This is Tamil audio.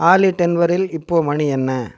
ஆலி டென்வரில் இப்போது மணி என்ன